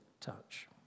touch